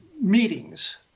meetings